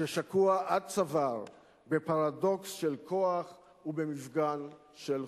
ששקוע עד צוואר בפרדוקס של כוח ובמפגן של חולשה,